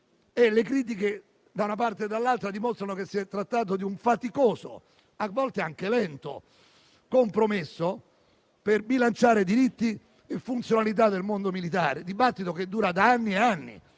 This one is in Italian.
le critiche da una parte e dall'altra dimostrano che si è trattato di un faticoso, a volte anche lento, compromesso per bilanciare diritti e funzionalità del mondo militare. Si tratta di un dibattito che dura da tanti anni